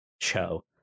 show